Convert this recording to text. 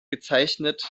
gezeichnet